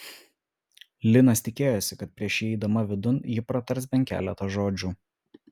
linas tikėjosi kad prieš įeidama vidun ji pratars bent keletą žodžių